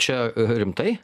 čia rimtai